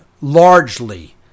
largely